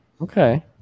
Okay